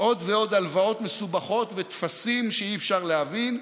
עוד ועוד הלוואות מסובכות וטפסים שאי-אפשר להבין.